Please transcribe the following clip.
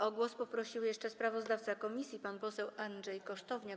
O głos poprosił jeszcze sprawozdawca komisji pan poseł Andrzej Kosztowniak.